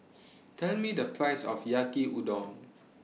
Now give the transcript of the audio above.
Tell Me The Price of Yaki Udon